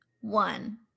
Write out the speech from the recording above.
one